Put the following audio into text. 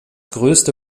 größte